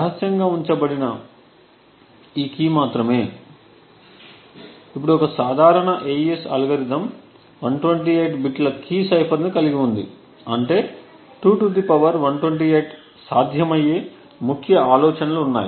రహస్యంగా ఉంచబడినది ఈ కీ మాత్రమే ఇప్పుడు ఒక సాధారణ AES అల్గోరిథం 128 బిట్ల కీ సైఫర్ ని కలిగి ఉంది అంటే 2 128 సాధ్యమయ్యే ముఖ్య ఆలోచనలు ఉన్నాయి